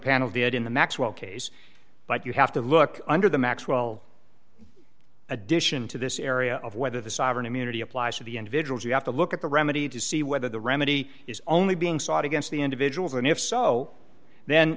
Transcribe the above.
the maxwell case but you have to look under the maxwell addition to this area of whether the sovereign immunity applies to the individuals you have to look at the remedy to see whether the remedy is only being sought against the individuals and if so then